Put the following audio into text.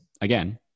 again